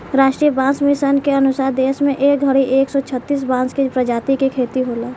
राष्ट्रीय बांस मिशन के अनुसार देश में ए घड़ी एक सौ छतिस बांस के प्रजाति के खेती होला